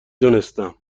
دونستم